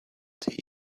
tea